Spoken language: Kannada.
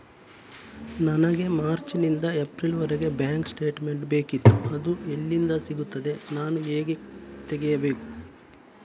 ನನಗೆ ಮಾರ್ಚ್ ನಿಂದ ಏಪ್ರಿಲ್ ವರೆಗೆ ಬ್ಯಾಂಕ್ ಸ್ಟೇಟ್ಮೆಂಟ್ ಬೇಕಿತ್ತು ಅದು ಎಲ್ಲಿಂದ ಸಿಗುತ್ತದೆ ನಾನು ಹೇಗೆ ತೆಗೆಯಬೇಕು?